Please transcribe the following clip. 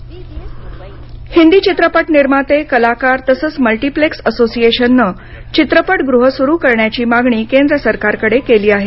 चित्रपटगृह हिंदी चित्रपट निर्माते कलाकार तसंच मल्टीप्लेक्स असोसिएशननं चित्रपटगृहं सुरू करण्याची मागणी केंद्र सरकारकडे केली आहे